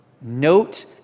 note